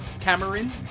Cameron